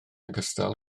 ogystal